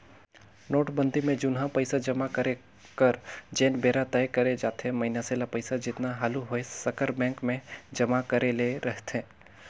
नोटबंदी में जुनहा पइसा जमा करे कर जेन बेरा तय करे जाथे मइनसे ल पइसा जेतना हालु होए सकर बेंक में जमा करे ले रहथे